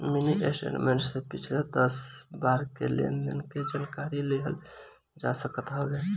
mini statement से पिछला दस बार के लेनदेन के जानकारी लेहल जा सकत हवे